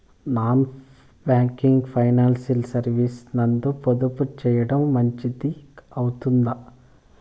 Non banking financial services నందు పొదుపు సేయడం మంచిది అవుతుందా?